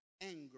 anger